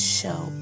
show